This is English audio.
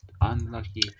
Unlucky